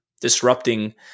disrupting